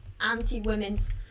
anti-women's